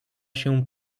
się